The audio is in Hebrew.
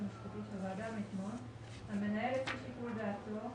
היועצת המשפטית של הוועדה לגבי זה שהמנהל יפעיל שיקול דעתו